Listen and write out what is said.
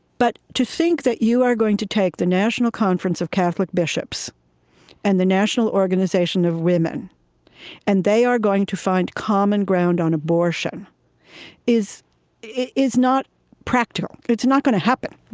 but to think that you are going to take the national conference of catholic bishops and the national organization of women and they are going to find common ground on abortion is is not practical. it's not going to happen,